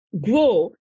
grow